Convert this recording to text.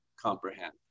comprehend